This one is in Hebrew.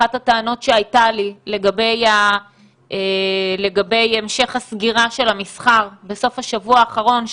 אחת הטענות שהייתה לי לגבי המשך הסגירה של המסחר בסוף השבוע האחרון,